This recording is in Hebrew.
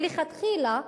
מלכתחילה,